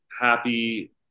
happy